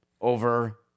over